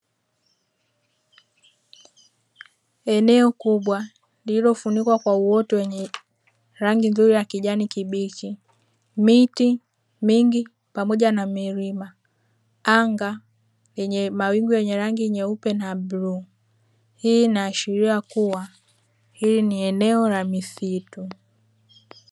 Eneo kubwa lililofunikwa kwa uoto wenye rangi nzuri ya kijani kibichi, miti mingi pamoja na milima, anga lenye mawingu yenye rangi nyeupe na bluu. Hii inaashiria kuwa hili ni eneo la misitu.